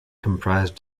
comprised